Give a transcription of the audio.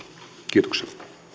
kiitoksia